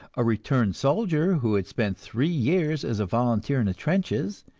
a returned soldier who had spent three years as a volunteer in the trenches,